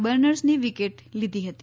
બર્નસની wicket લીધી હતી